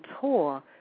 tour